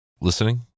listening